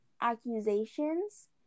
accusations